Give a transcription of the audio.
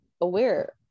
aware